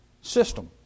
system